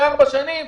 בארבע שנים,